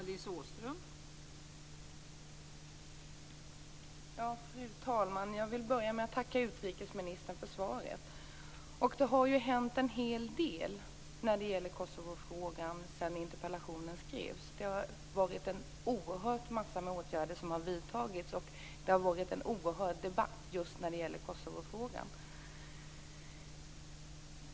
Fru talman! Jag vill börja med att tacka utrikesministern för svaret. Det har ju hänt en hel del i Kosovofrågan sedan interpellationen skrevs. Det har vidtagits en oerhörd mängd åtgärder, och det har förts en mycket intensiv debatt i Kosovofrågan.